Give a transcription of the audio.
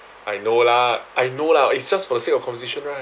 I know lah I know lah it's just for the sake of conversation right